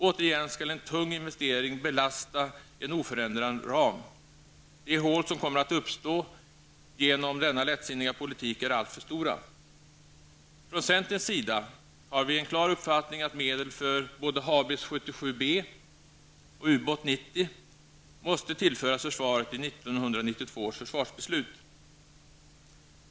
Återigen skall en tung investering beslasta en oförändrad ram. De hål som kommer att uppstå genom denna lättsinniga politik är alltför stora. Från centerns sida har vi en klar uppfattning att medel för både Haubits 77 B och U-båt 90 måste tillföras försvaret i 1992 års försvarsbeslut.